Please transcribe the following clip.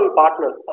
partners